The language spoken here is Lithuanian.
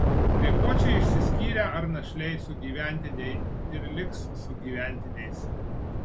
prie ko čia išsiskyrę ar našliai sugyventiniai ir liks sugyventiniais